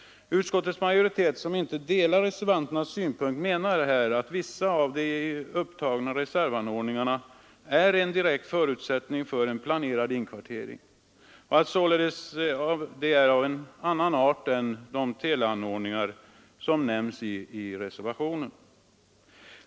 Utskottets majoritet, som inte delar reservanternas uppfattning, menar att vissa av de upptagna reservanordningarna är en direkt förutsättning för en planerad inkvartering och att de således är av en annan art än de teleanordningar som nämns i reservationen.